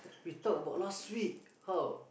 we talk about last week